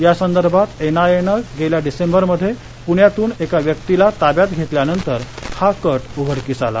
या संदर्भात एनआयए नं गेल्या डिसेंबर मध्ये पुण्यातून एका व्यक्तीला ताब्यात घेतल्यानंतर हा कट उघडकीस आला